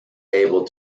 able